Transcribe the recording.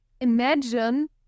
imagine